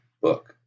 book